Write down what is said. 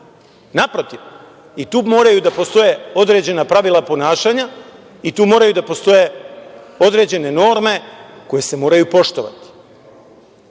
Naprotiv, i tu moraju da postoje određena pravila ponašanja i tu moraju da postoje određene norme koje se moraju poštovati. Ne